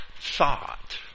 thought